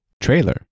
trailer